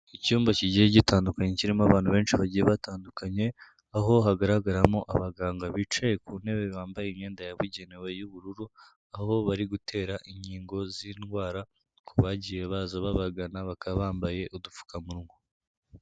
Icyumba kigiye gitandukanye kirimo abantu benshi bagiye batandukanye, aho hagaragaramo abaganga bicaye ku ntebe, bambaye imyenda yabugenewe y'ubururu, aho bari gutera inkingo z'indwara ku bagiye baza babagana, bakaba bambaye udupfukamunwa.